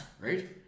right